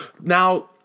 now